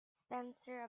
spencer